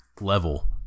level